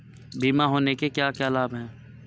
बीमा होने के क्या क्या लाभ हैं?